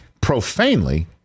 profanely